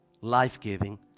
life-giving